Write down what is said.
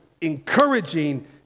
encouraging